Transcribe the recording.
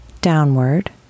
downward